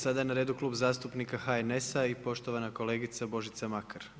Sada je na redu Klub zastupnika HNS-a i poštovana kolegica Božica Makar.